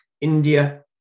india